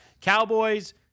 Cowboys